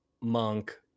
Monk